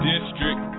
District